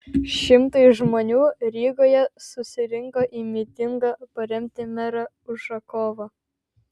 šimtai žmonių rygoje susirinko į mitingą paremti merą ušakovą